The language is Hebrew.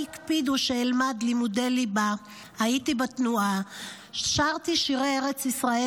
הקפידו שאלמד / לימודי ליבה / הייתי בתנועה / שרתי שירי ארץ ישראל